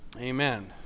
Amen